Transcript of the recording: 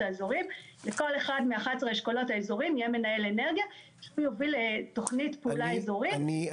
הוא יהיה נגיש אינטרנטית,